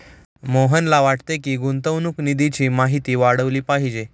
मोहनला वाटते की, गुंतवणूक निधीची माहिती वाढवली पाहिजे